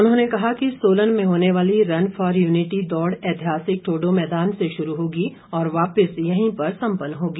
उन्होंने कहा कि सोलन में होने वाली रन फॉर यूनिटी ऐतिहासिक ठोडो मैदान से शुरू होगी और वापिस यहीं पर संपन्न होगी